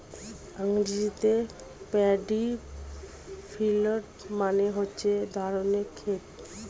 ইংরেজিতে paddy field মানে হচ্ছে ধানের ক্ষেত